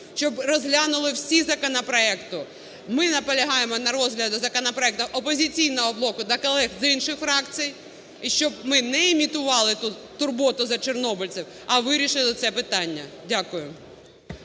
щоб розглянули всі законопроекти. Ми наполягаємо на розгляді законопроекту "Опозиційного блоку" та колег з інших фракцій. І щоб ми не імітували тут турботу за чорнобильців, а вирішили це питання. Дякую.